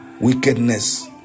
Wickedness